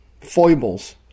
foibles